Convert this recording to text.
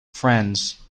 friends